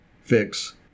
fix